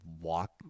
walk